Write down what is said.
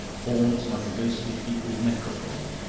haunts like a ghostly-peopled necropole.